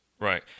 Right